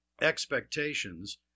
expectations